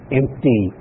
empty